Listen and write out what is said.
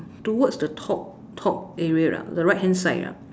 towards the top top area lah the right hand side ah